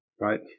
right